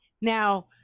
now